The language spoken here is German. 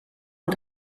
und